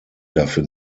dafür